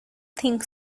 think